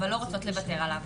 אבל לא רוצות לוותר עליו,